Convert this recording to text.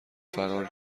فرار